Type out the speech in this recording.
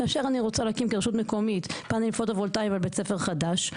כאשר אני רוצה להקים כרשות מקומית פנל פוטו-וולטאי בבית ספר חדש,